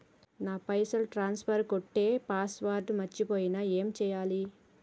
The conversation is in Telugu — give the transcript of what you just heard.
నా పైసల్ ట్రాన్స్ఫర్ కొట్టే పాస్వర్డ్ మర్చిపోయిన ఏం చేయాలి?